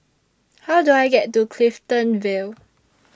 How Do I get to Clifton Vale